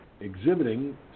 exhibiting